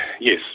yes